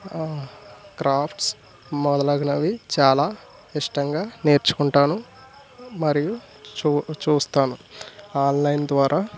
crafts మొదలగునవి చాలా ఇష్టంగా నేర్చుకుంటాను మరియు చు చూస్తాను ఆన్లైన్ ద్వారా